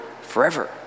forever